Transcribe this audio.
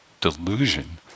delusion